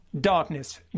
Darkness